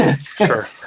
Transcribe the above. Sure